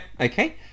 Okay